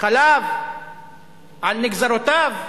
חלב על נגזרותיו,